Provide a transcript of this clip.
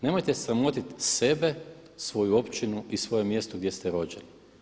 Nemojte sramotit sebe, svoju općinu i svoje mjesto gdje ste rođeni.